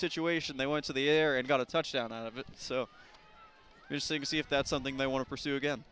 situation they went to the air and got a touchdown out of it so you see to see if that's something they want to pursue again